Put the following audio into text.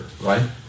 right